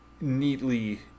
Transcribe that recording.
neatly